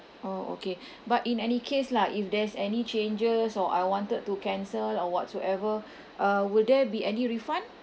oh okay but in any case lah if there's any changes or I wanted to cancel or whatsoever uh will there be any refund